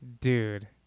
Dude